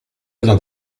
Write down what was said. vient